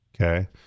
Okay